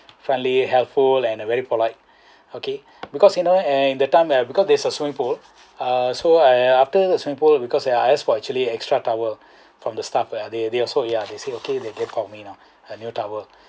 friendly helpful and uh very polite okay because you know and the time there because there's a swimming pool uh so I after swimming pool because I ask for actually extra towel from the staff they they also ya they say okay they gave for me lah a new towel